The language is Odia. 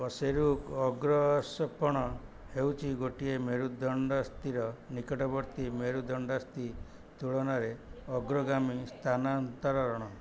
କଶେରୁକ ଅଗ୍ରସର୍ପଣ ହେଉଛି ଗୋଟିଏ ମେରୁଦଣ୍ଡ ସ୍ଥିର ନିକଟବର୍ତ୍ତୀ ମେରୁଦଣ୍ଡାସ୍ଥି ତୁଳନାରେ ଅଗ୍ରଗାମୀ ସ୍ଥାନାନ୍ତରଣ